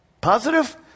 Positive